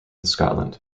scotland